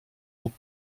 mógł